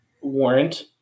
warrant